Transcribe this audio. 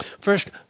First